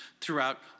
throughout